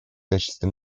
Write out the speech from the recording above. качестве